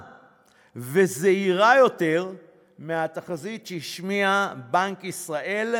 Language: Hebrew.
וזהירה יותר מהתחזית שהשמיע בנק ישראל,